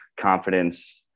confidence